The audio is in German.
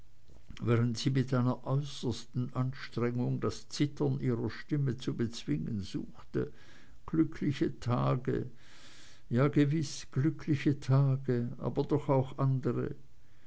während sie mit einer äußersten anstrengung das zittern ihrer stimme zu bezwingen suchte glückliche tage ja gewiß glückliche tage aber doch auch andre